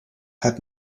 had